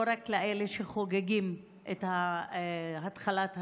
לא רק לאלה שחוגגים את התחלת השנה.